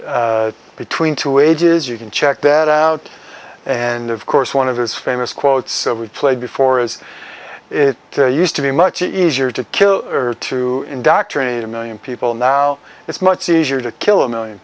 brzezinski between two ages you can check that out and of course one of his famous quotes we played before is it there used to be much easier to kill or to indoctrinate a million people now it's much easier to kill a million